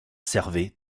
servait